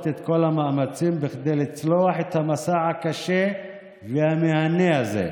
את כל המאמצים לצלוח את המסע הקשה והמהנה הזה,